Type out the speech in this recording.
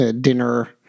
dinner